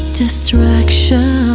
distraction